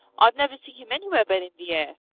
i've never seen him anywhere but in the air.